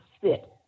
sit